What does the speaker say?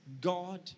God